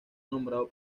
nombrado